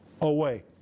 away